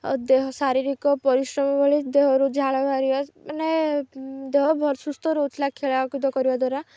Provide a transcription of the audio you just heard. ଆଉ ଦେହ ଶାରୀରିକ ପରିଶ୍ରମ ଭଳି ଦେହରୁ ଝାଳ ବାହାରିବା ମାନେ ଦେହ ଭଲ ସୁସ୍ଥ ରହୁଥିଲା ଖେଳାକୁଦା କରିବା ଦ୍ୱାରା